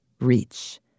Reach